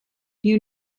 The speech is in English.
you